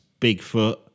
bigfoot